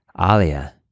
Alia